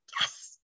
yes